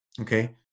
Okay